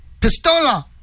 PISTOLA